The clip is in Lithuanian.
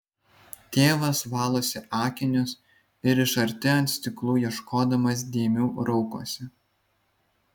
tėvas valosi akinius ir iš arti ant stiklų ieškodamas dėmių raukosi